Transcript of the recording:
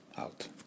out